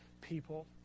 people